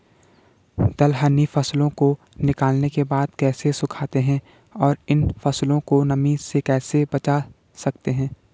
दलहनी फसलों को निकालने के बाद कैसे सुखाते हैं और इन फसलों को नमी से कैसे बचा सकते हैं?